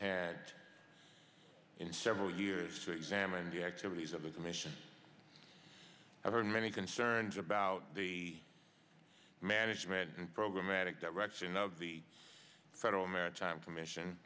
had in several years examined the activities of the commission have heard many concerns about the management and programatic direction of the federal maritime commission